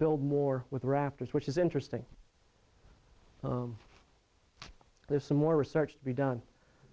build more with rafters which is interesting there's some more research to be done